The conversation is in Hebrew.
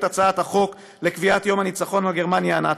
הצעת החוק לקביעת יום הניצחון על גרמניה הנאצית,